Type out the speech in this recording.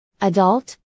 Adult